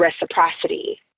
reciprocity